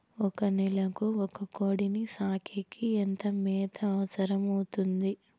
ఒక నెలకు ఒక కోడిని సాకేకి ఎంత మేత అవసరమవుతుంది?